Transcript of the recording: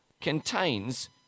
contains